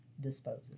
dispose